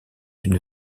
une